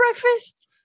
breakfast